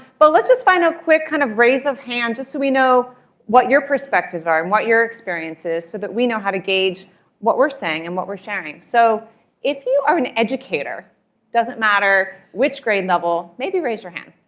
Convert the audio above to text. but let's just find out, a quick kind of raise of hands, just so we know what your perspectives are and what your experience is so that we know how to gauge what we're saying and what we're sharing. so if you are an educator doesn't matter which grade level maybe raise your hand.